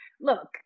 look